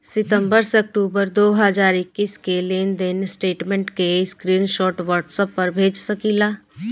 सितंबर से अक्टूबर दो हज़ार इक्कीस के लेनदेन स्टेटमेंट के स्क्रीनशाट व्हाट्सएप पर भेज सकीला?